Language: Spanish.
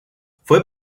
fue